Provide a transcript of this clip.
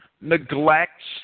neglects